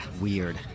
Weird